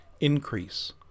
increase